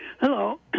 Hello